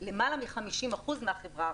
למעלה מ-50% מהחברה הערבית.